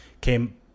came